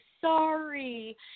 sorry